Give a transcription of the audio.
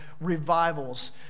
revivals